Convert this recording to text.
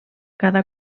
cada